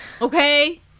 Okay